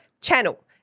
channel